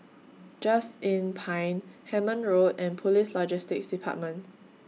Just Inn Pine Hemmant Road and Police Logistics department